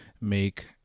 make